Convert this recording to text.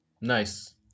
Nice